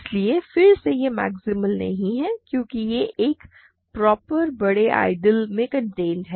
इसलिए फिर से यह मैक्सिमल नहीं है क्योंकि यह एक प्रॉपर बड़े आइडियल में कॉन्टेंड है